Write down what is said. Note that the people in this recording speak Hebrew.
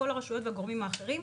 כל הרשויות והגורמים האחרים.